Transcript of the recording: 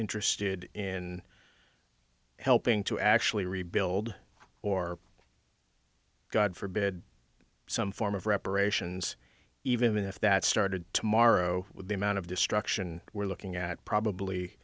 interested in helping to actually rebuild or god forbid some form of reparations even if that started tomorrow with the amount of destruction we're looking at probably